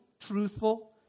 truthful